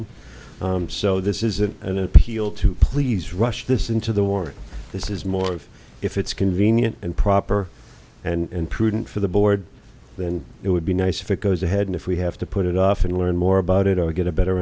n so this isn't an appeal to please rush this into the war this is more of if it's convenient and proper and prudent for the board then it would be nice if it goes ahead and if we have to put it off and learn more about it or get a better